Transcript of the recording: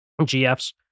GFs